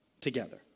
together